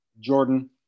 Jordan